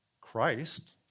Christ